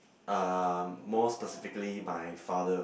uh more specifically my father